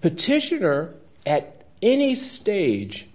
petitioner at any stage